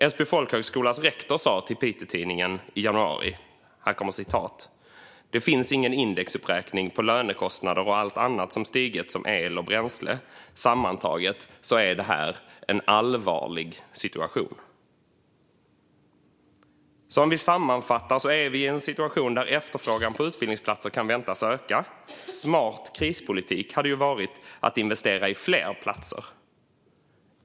Älvsby folkhögskolas rektor sa till Piteå-Tidningen i januari: "Det finns ingen indexuppräkning på lönekostnader och allt annat som stigit så som el och bränsle. Sammantaget så är det här en allvarlig situation". Sammanfattningsvis är vi i en situation där efterfrågan på utbildningsplatser kan väntas öka. Smart krispolitik hade varit att investera i fler platser.